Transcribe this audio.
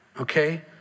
okay